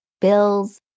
bills